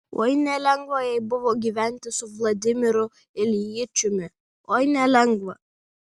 oi nelengva jai buvo gyventi su vladimiru iljičiumi oi nelengva